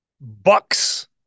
bucks